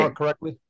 correctly